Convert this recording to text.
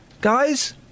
Guys